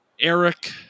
Eric